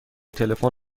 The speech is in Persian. تلفن